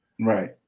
Right